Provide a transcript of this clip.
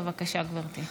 בבקשה, גברתי.